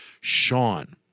Sean